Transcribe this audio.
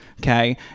okay